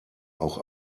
auch